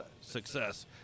success